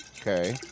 Okay